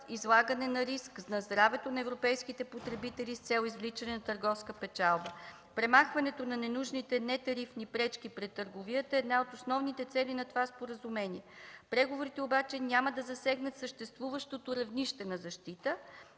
излагане на риск на здравето на европейските потребители с цел извличане на търговска печалба. Премахването на ненужните нетарифни пречки пред търговията е една от основните цели на това споразумение. Преговорите обаче няма да се засегнат съществуващото равнище на защита.